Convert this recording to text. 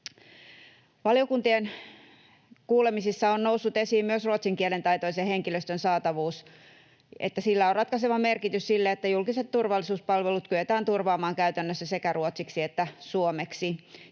Valiokuntien kuulemisissa on noussut esiin myös ruotsin kielen taitoisen henkilöstön saatavuus. Sillä on ratkaiseva merkitys sille, että julkiset turvallisuuspalvelut kyetään turvaamaan käytännössä sekä ruotsiksi että suomeksi.